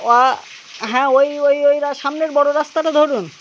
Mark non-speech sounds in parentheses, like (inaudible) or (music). ও হ্যাঁ ওই ওই ওই (unintelligible) সামনের বড় রাস্তাটা ধরুন